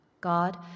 God